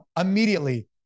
immediately